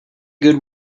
good